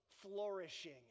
flourishing